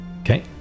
okay